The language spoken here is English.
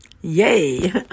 Yay